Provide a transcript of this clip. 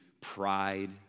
pride